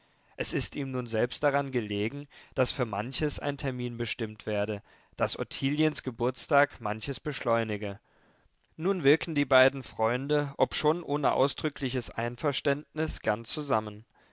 es ist ihm nun selbst daran gelegen daß für manches ein termin bestimmt werde daß ottiliens geburtstag manches beschleunige nun wirken die beiden freunde obschon ohne ausdrückliches einverständnis gern zusammen